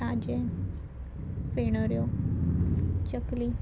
ताजें फेणऱ्यो चकली